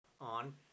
on